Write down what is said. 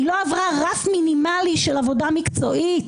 היא לא עברה רף מינימלי של עבודה מקצועית.